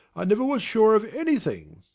i never was sure of anything.